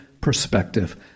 perspective